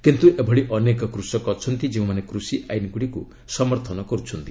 କିନ୍ତୁ ଏଭଳି ଅନେକ କୃଷକ ଅଛନ୍ତି ଯେଉଁମାନେ କୃଷି ଆଇନ୍ଗୁଡ଼ିକୁ ସମର୍ଥନ କରୁଛନ୍ତି